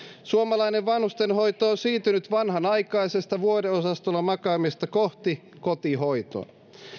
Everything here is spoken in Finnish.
suomalainen vanhustenhoito on siirtynyt vanhanaikaisesta vuodeosastolla makaamisesta kohti kotihoitoa